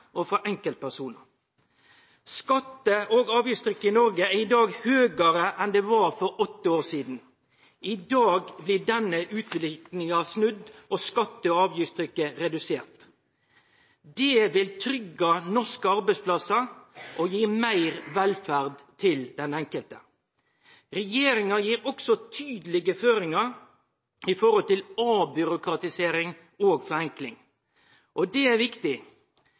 og enkeltpersonar. Skatte- og avgiftstrykket i Noreg er i dag høgare enn det var for åtte år sidan. I dag blir denne utviklinga snudd og skatte- og avgiftstrykket redusert. Det vil tryggje norske arbeidsplassar og gi meir velferd til den enkelte. Regjeringa gir også tydelege føringar når det gjeld avbyråkratisering og forenkling. Det er viktig.